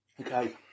Okay